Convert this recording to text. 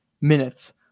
minutes